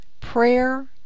prayer